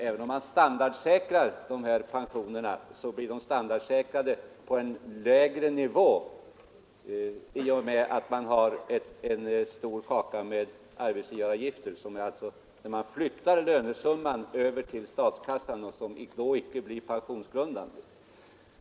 Även om man standardsäkrar pensionerna blir de standardsäkrade på en lägre nivå i och med att man har en stor kaka med arbetsgivaravgifter, dvs. till statskassan flyttar över en del av lönesumman, som då icke blir pensionsgrundande.